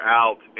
out